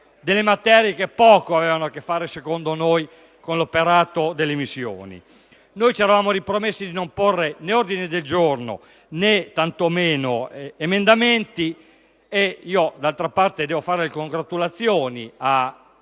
delle materie che poco avevano a che fare, secondo noi, con l'operato delle missioni. Ci eravamo ripromessi di non porre ordini del giorno né tanto meno emendamenti; d'altra parte devo fare le congratulazioni al